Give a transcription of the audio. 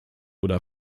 oder